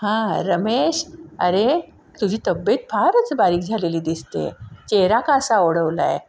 हां रमेश अरे तुझी तब्येत फारच बारीक झालेली दिसते आहे चेहरा का असा ओढवलाय